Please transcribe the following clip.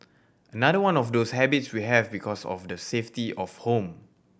another one of those habits we have because of the safety of home